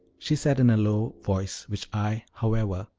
she said in a low voice, which i, however,